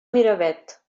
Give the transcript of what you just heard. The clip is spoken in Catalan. miravet